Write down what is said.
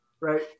Right